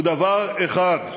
הוא דבר אחד: